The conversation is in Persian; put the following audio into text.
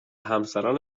همسران